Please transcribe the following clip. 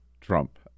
Trump